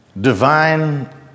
divine